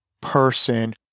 person